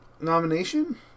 nomination